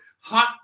hot